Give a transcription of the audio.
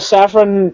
Saffron